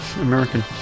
American